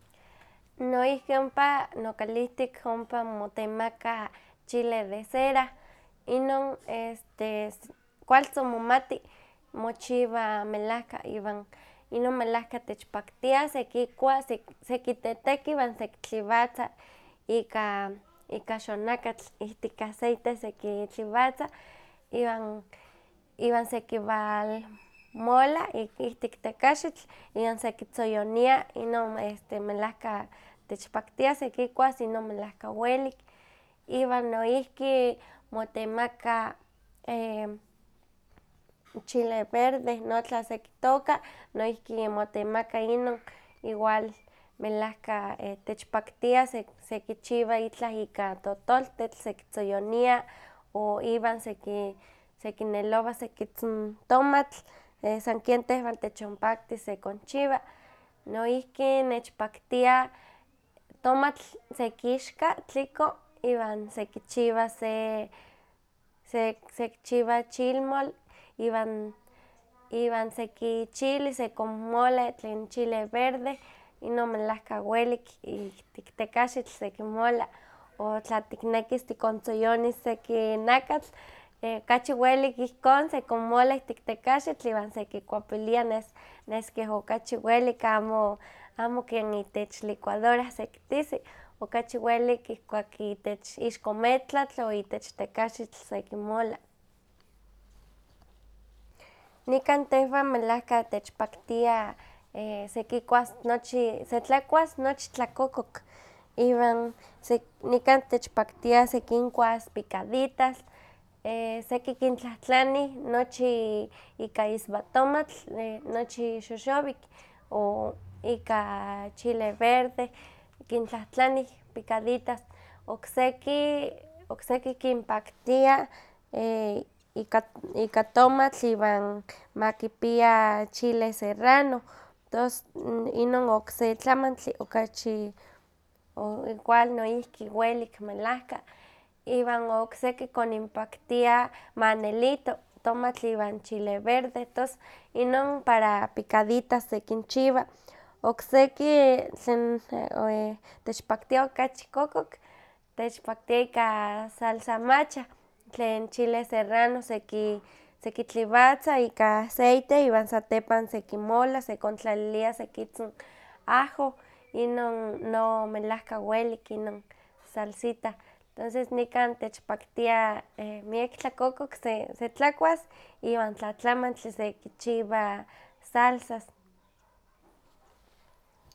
Noihki ompa nokalihtik ompa motemaka chile de cera, inon kualtzin momati, mochiwa melahka iwan inon melahka techpaktia sekikuas, sekiteteki iwan sekitliwatza ika ika xonakatl ihtik aceite sekitliwatza iwan iwan sekiwalmola ihktik tekaxitl iwan sekitzoyonia, inon melahka techpaktia sekikuas, inon melahka welik, iwan noihki motemaka chile verde, non la sekitooka noihki motemaka inon, igual melahka tech paktia sekichiwa ika totoltetl sekitzoyonia, o iwan seki sekinelowa sekitzin tomatl, san ken tehwan techonpaktis sekonchiwa. Noihki nechpaktia tomatl sekixka tliko iwan sekichiwas se, sekichiwa chilmol, iwan, iwan seki chili sekonmola tlen chile verde inon melahka welik ihtik tekaxitl sekimola, o tla tiknekis tikontzoyonis seki nakatl kachi welik ihkon sekonmola ihtik tekaxitl iwan sekikuapilia nes keh okachi welik amo amo ken itech licuadora sekitisi, okachi welik ihkuak ixko metlatl o ihtik tekaxitl sekimola. Nikan tehwan melahka techpaktia sekikuas nochi se tlakuas nochi tlakokok, iwan sek- iwan nikan techpaktia sekinkuas picaditas, sekikintlahtlani nochi ika iswatomatl, nochi xoxowik, o ika chile verde kintlahtlanih picaditas, okseki okseki kinpaktia <> duda ika tomatl iwan ma kipia chile serrano, tos inon okse tlamantli okachi igual noihki wleik melahka. Iwan okseki koninpaktia ma nelito tomatl iwan chile verde, tos inon para picaditas sekinchiwa, okseki tlen techpaktia okachi kokok, techpaktia ika salsa macha, tlen chile serrano seki sekitliwatza ika acaite iwan satepa sekimola sekontlalilia sekitzin ajo, inon no melahka welik inon salsita, tonses nikan techpaktia miak tlakokok se tlakuas, iwan tlatlamantli sekichiwa salsas.